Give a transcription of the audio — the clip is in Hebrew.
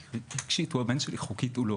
כי רגשית הוא הבן שלי חוקית הוא לא.